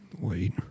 Wait